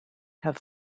have